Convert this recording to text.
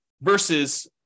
versus